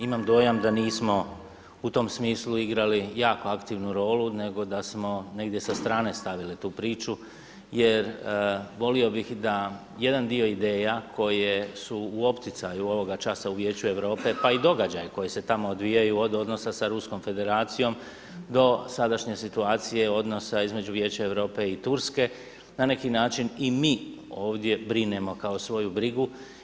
Imam dojam da nismo u tom smislu igrali jako aktivnu rolu nego da smo negdje sa strane stavili tu priču jer volio bih da jedan dio ideja koje su u opticaju ovoga časa u Vijeću Europe pa i događaja koji se tamo odvijaju od odnosa sa Ruskom Federacijom do sadašnje situacije odnosa između Vijeća Europe i Turske, na neki način i mi ovdje brinemo kao svoju brigu.